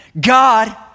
God